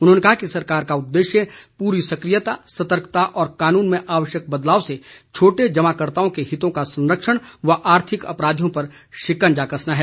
उन्होंने कहा कि सरकार का उद्देश्य पूरी सक्रियता सतर्कता और कानून में आवश्यक बदलाव से छोटे जमाकर्ताओं के हितों का संरक्षण व आर्थिक अपराधियों पर शिकंजा कसना है